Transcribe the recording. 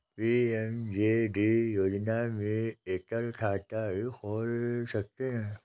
PMJD योजना में एकल खाता ही खोल सकते है